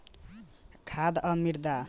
खाद आ मिरदा प्रदूषण के मुख्य कारण ह